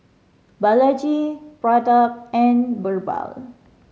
Balaji Pratap and Birbal